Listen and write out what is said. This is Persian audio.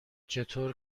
چطور